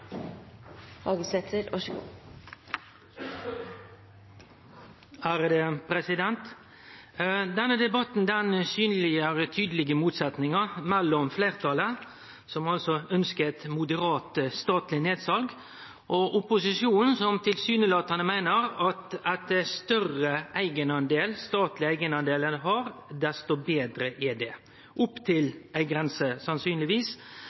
Denne debatten synleggjer tydelege motsetnader mellom fleirtalet, som altså ønskjer eit moderat statleg nedsal, og opposisjonen, som tilsynelatande meiner at jo større statleg eigendel ein har, desto betre er det – opp